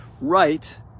Right